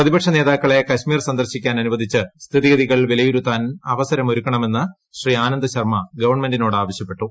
പ്രതിപക്ഷ നേതാക്കളെ കശ്മീർ സന്ദർശിക്കാൻ അനുവദിച്ച് സ്ഥിതിഗതികൾ വിലയിരുത്താൻ അവസരമൊരുക്കണമെന്ന് ശ്രീ ആനന്ദ് ശർമ്മ ഗവൺമെന്റിനോടാവശ്യപ്പെട്ടു